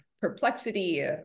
perplexity